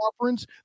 conference